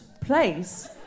place